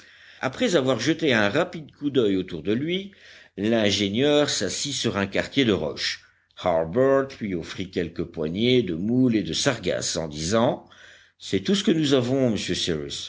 après avoir jeté un rapide coup d'oeil autour de lui l'ingénieur s'assit sur un quartier de roche harbert lui offrit quelques poignées de moules et de sargasses en disant c'est tout ce que nous avons monsieur